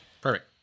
Perfect